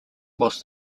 whilst